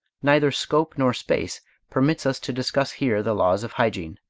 neither scope nor space permits us to discuss here the laws of hygiene.